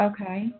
Okay